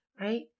Right